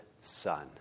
son